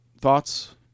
Thoughts